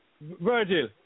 Virgil